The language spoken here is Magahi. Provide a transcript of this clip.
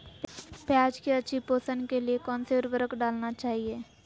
प्याज की अच्छी पोषण के लिए कौन सी उर्वरक डालना चाइए?